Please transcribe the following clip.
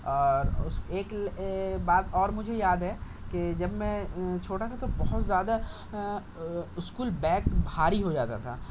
اور اُس ایک بات اور مجھے یاد ہے کہ جب میں چھوٹا تھا تو بہت زیادہ اسکول بیگ بھاری ہو جاتا تھا